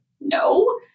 no